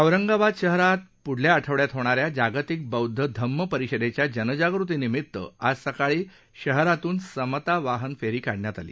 औरंगाबाद शहरात पुढच्या आठवड्यात होणाऱ्या जागतिक बौद्ध धम्म परिषदेच्या जनजागृती निमित्त आज सकाळी शहरातून समता वाहन फेरी काढण्यात आली